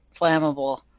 flammable